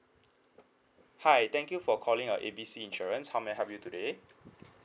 hi thank you for calling uh A B C insurance how may I help you today